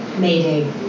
Mayday